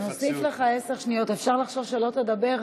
אסור לעבור על הדבר